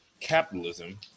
capitalism